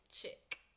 chick